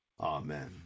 Amen